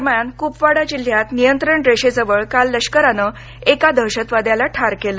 दरम्यान कुपवाडा जिल्ह्यात नियंत्रण रेषेजवळ काल लष्करानं एका दहशतवाद्याला ठार केलं